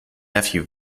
nephew